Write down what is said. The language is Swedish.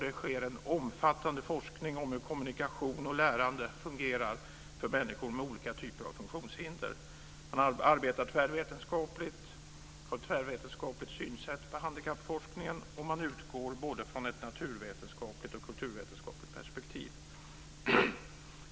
Där sker en omfattande forskning om hur kommunikation och lärande fungerar för människor med olika typer av funktionshinder. Man arbetar tvärvetenskapligt och har ett tvärvetenskapligt synsätt vad gäller handikappforskningen och man utgår både från ett naturvetenskapligt och från ett kulturvetenskapligt perspektiv.